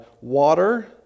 water